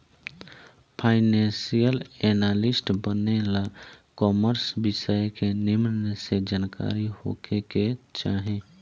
financial analyst बने ला commerce विषय के निमन से जानकारी होखे के चाही